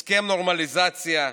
הסכם נורמליזציה,